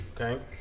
okay